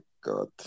God